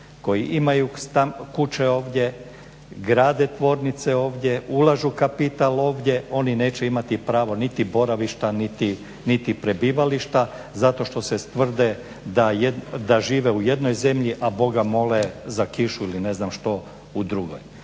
koji imaju kuće ovdje, grade tvornice ovdje, ulažu kapital ovdje. Oni neće imati pravo niti boravišta niti prebivališta zato što se tvrde da žive u jednoj zemlji, a boga mole za kišu ili ne znam što u drugoj.